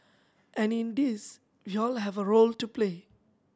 and in this we all have a role to play